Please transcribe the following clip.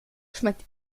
schmeckt